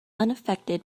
unaffected